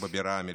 בבירה האמריקאית.